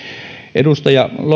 edustaja